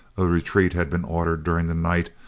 a retreat had been ordered during the night,